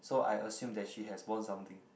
so I assume that she has won something